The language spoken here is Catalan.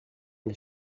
les